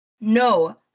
No